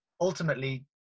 ultimately